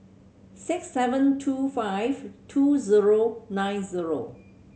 six seven two five two zero nine zero